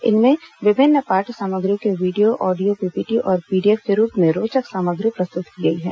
इससे विभिन्न पाठ्य सामग्रियों के वीडियो ऑडियो पीपीटी और पीडीएफ के रूप में रोचक सामग्री प्रस्तुत की गई है